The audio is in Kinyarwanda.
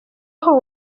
aho